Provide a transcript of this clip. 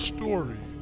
Story